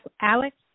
Alex